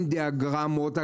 עם דיאגרמות,